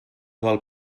del